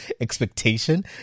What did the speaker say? expectation